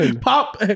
Pop